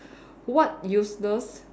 what useless